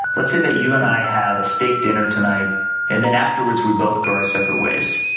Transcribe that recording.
let's say that you and i have a steak dinner tonight and then afterwards we both go our separate ways.